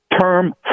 term